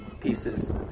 pieces